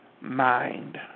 mind